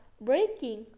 breaking